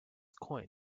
coin